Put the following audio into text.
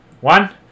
one